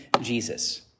Jesus